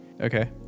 Okay